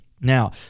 now